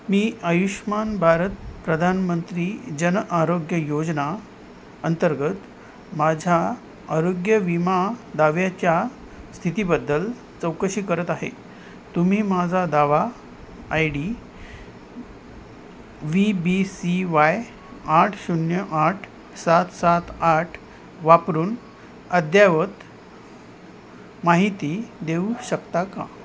मी आयुष्मान भारत प्रधानमंत्री जन आरोग्य योजना अंतर्गत माझ्या आरोग्य विमा दाव्याच्या स्थितीबद्दल चौकशी करत आहे तुम्ही माझा दावा I D V B C Y आठ शून्य आठ सात सात आठ वापरून अद्ययावत माहिती देऊ शकता का